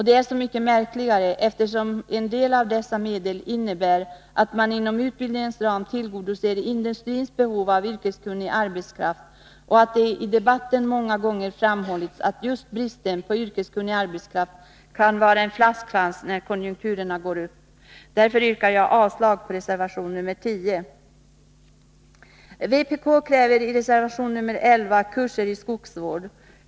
Detta är så mycket märkligare som en del av dessa medel innebär att man inom utbildningens ram tillgodoser industrins behov av yrkeskunnig arbetskraft och att det i debatten många gånger framhållits att just bristen på yrkeskunnig arbetskraft kan vara en flaskhals när konjunkturerna går upp. Därför yrkar jag avslag på reservation nr 10. Vpk kräver i reservation nr 11 kurser i skogsvård.